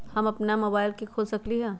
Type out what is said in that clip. हम अपना मोबाइल से खोल सकली ह?